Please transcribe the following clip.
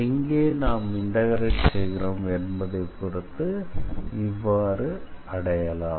எங்கே நாம் இன்டெக்ரேட் செய்கிறோம் என்பதைப் பொறுத்து இவ்வாறு அடையலாம்